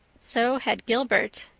so had gilbert.